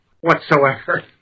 whatsoever